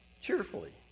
cheerfully